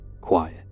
Quiet